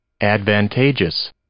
advantageous